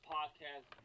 Podcast